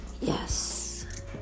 Yes